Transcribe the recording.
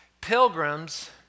pilgrims